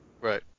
Right